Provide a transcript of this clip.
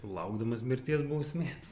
laukdamas mirties bausmės